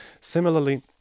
Similarly